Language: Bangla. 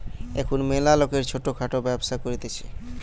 এখুন ম্যালা লোকরা ছোট খাটো ব্যবসা করতিছে